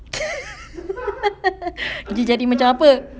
dia jadi macam apa